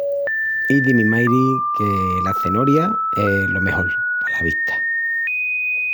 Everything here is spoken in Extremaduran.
Izi mi mairi que la cenoria es lo mejol pala vista.